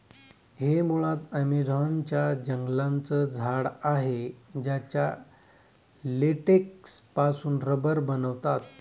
हे मुळात ॲमेझॉन च्या जंगलांचं झाड आहे याच्या लेटेक्स पासून रबर बनवतात